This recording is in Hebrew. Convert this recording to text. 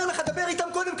אומר לך דבר איתם קודם,